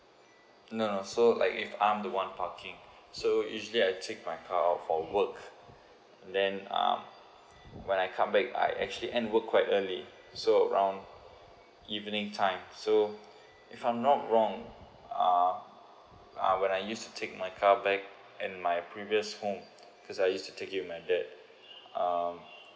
no no so like if I'm the one parking so usually I take my car out for work and then um when I come back I actually end work quite early so around evening time so if I'm not wrong uh uh when l used to take my car back and my previous home cause I used to take it like that um